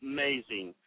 Amazing